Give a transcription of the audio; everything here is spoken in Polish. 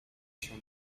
się